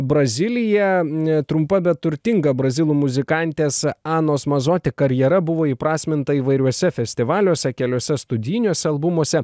braziliją trumpa bet turtinga brazilų muzikantės anos mazoti karjera buvo įprasminta įvairiuose festivaliuose keliose studijiniuose albumuose